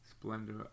splendor